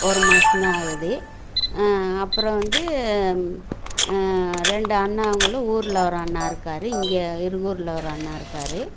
ஒரு மாதந்தான் ஆகுது அப்புறம் வந்து ரெண்டு அண்ணாங்களும் ஊரில் ஒரு அண்ணா இருக்கார் இங்கே இருகூரில் ஒரு அண்ணா இருக்கார்